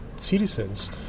citizens